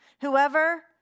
Whoever